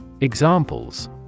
Examples